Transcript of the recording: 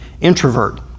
introvert